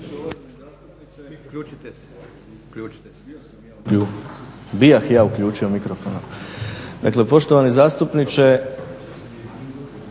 poštovani zastupnik